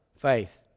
Faith